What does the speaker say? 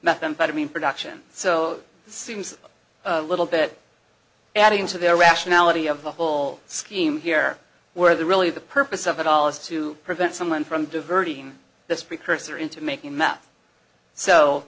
methamphetamine production so seems a little bit adding to their rationality of the whole scheme here where the really the purpose of it all is to prevent someone from diverting this precursor into making meth so